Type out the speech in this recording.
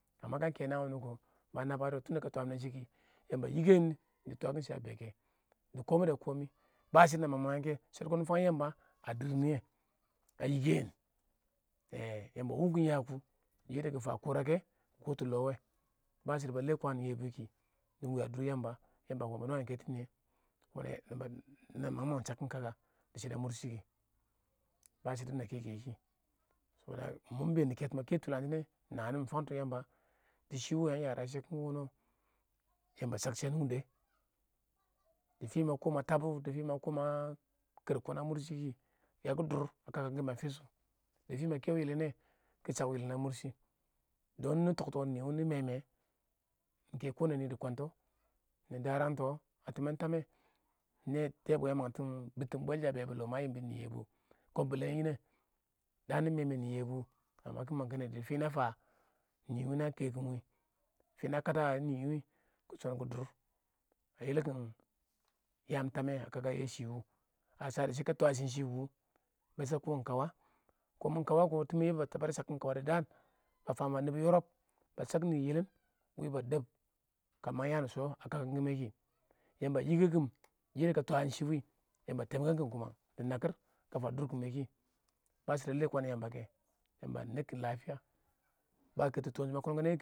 kan kɛ naan wʊnɔ kɪ ba nabads kə twamine shɪ kə ba jikann si shɪdo shɪ a be kɛ ba shɪdo shɪ a be kɛ ba shɪdo na mang mangngɛ nɪ fang Yamba a dɪrr niyɛ a yika nɪ ech Yamba a wurnkin yaks kə fan kʊrakɛ kɪ kists longɪm wa ba shɪdo ba lɛ kwaan yɛbʊ kɪ nɪ wa dʊr Yamba Yamba ba nwaam ketsn nɪyɛ na mangina mang chabkin kaka shɪdo a murshn kɪ ba shɪdo na kɛ kɛ wɪɪn kɪ mʊ mɪ been dɪ keto ma kə kɛ tslanshin nɛ, iɪng nanar mɪ fangtu Yamba dɪ shɪ wʊ wa iɪng yarashi kɪngnɛ Yamba a shak shɪ a nungda dɪ ma kʊ ma tabu fɪ ma kɪr kiɪn a mʊr shɪ kɪ yaki dʊr a kakan kɪmɔ a fishau bwɛl fɪ ma kɛ wɪɪn yɪlɪn nɛ kɪ shak wɪɪn yɪlɪn a murshi dean nɪ tixtx nɪ wʊ a mʊr shɪ nɪ mɪ mɪ kɛ nɪ dɪ kwants nɪ darangts a tɪmɛn tamɛ, tɛɛ bwee a mangtin bibtin bwelshe a be bu longɪm, a yɪmba nɪɪn yɛbʊ kiɪn bɛle yɪn a? daan nɪ mee-mɪ nɪɪn yɛbʊ kiɪn kɪ mang kɛnɛdɪ dɪ fɪ na fan nɪ wʊ na kekim nɪ fɪ na kata a nii wɪɪn kɪ chan kɪ dʊr a yɛlɛ kɪm yam tama a kaka yɛ shiwu a shade kiɪn kawa, kawa kɪ tɪmɛn yɛbʊ ba shakds kawa dɪ dean ba fam fam yamba yorsb ba shale nɪ yɪlɪn wɪɪn ba dab kə mang yami dɪ sho a kaka kɛ wuku mɪ kɪ Yamba a jika kɪm naan kə twan shɪ wɪɪn, Yamba a a nakɪr kə fan durkima kɪ ba shɪdo a lɛ kwaan Yamba kɛ Yamba a nebkin ba keto ma kiɪn kiɪn nɛ kə